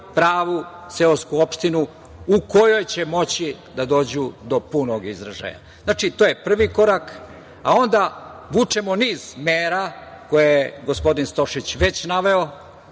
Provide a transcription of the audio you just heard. pravu seosku opštinu u kojoj će moći da dođu do punog izražaja. Znači, to je prvi korak, a onda vučemo niz mera koje je gospodin Stošić već naveo.